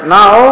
now